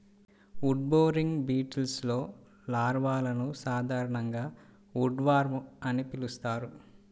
wood boring బీటిల్స్లో లార్వాలను సాధారణంగా ఉడ్వార్మ్ అని పిలుస్తారు